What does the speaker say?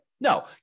No